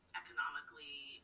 economically